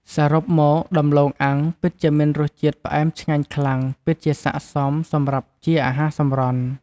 សរុបមកដំឡូងអាំងពិតជាមានរសជាតិផ្អែមឆ្ងាញ់ខ្លាំង ពិតជាសាកសមសម្រាប់ជាអាហារសម្រន់។